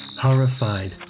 Horrified